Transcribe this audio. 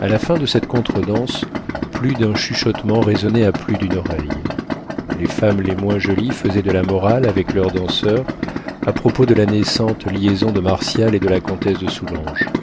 a la fin de cette contredanse plus d'un chuchotement résonnait à plus d'une oreille les femmes les moins jolies faisaient de la morale avec leurs danseurs à propos de la naissante liaison de martial et de la comtesse de soulanges